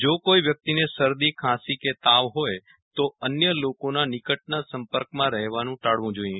જો કોઈ વ્યક્તિને શરદી ખાસી કે તાવ હોય તો અન્ય લોકોના નિકટના સંપર્કમાં રહેવાનું ટાળવું જોઈએ